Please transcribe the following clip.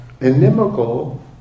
inimical